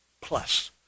plus